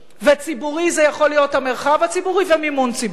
ו"ציבורי" זה יכול להיות המרחב הציבורי ומימון ציבורי.